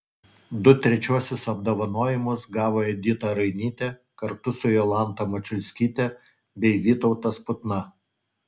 du trečiuosius apdovanojimus gavo edita rainytė kartu su jolanta mačiulskyte bei vytautas putna